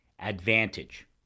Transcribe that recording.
advantage